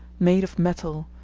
made of metal,